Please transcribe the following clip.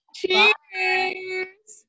Cheers